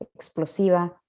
explosiva